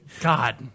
God